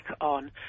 on